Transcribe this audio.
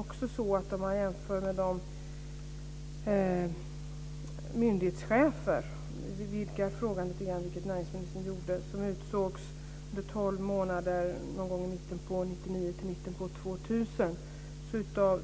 Om vi vidgar frågan lite grann, vilket näringsministern gjorde, och ser på de myndighetschefer som utsågs under tolv månader från mitten av 1999 till mitten av 2000, kan vi se att av